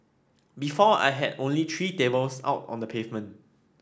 before I had only three tables out on the pavement